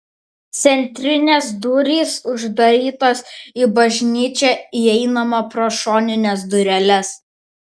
centrinės durys uždarytos į bažnyčią įeinama pro šonines dureles